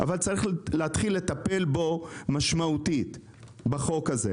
אבל צריך להתחיל לטפל בו משמעותית בחוק הזה.